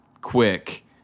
quick